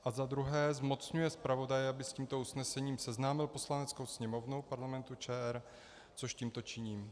A za druhé, zmocňuje zpravodaje, aby s tímto usnesením seznámil Poslaneckou sněmovnu Parlamentu ČR, což tímto činím.